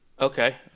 Okay